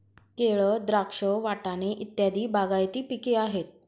केळ, द्राक्ष, वाटाणे इत्यादी बागायती पिके आहेत